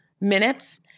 minutes